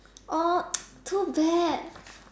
or too bad